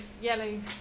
yellow